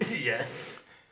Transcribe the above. yes